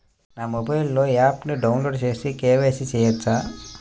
నా మొబైల్లో ఆప్ను డౌన్లోడ్ చేసి కే.వై.సి చేయచ్చా?